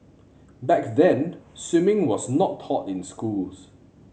back then swimming was not taught in schools